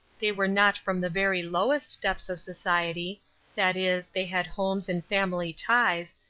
they were not from the very lowest depths of society that is, they had homes and family ties,